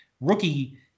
rookie